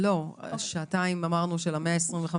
לא, אמרנו שעתיים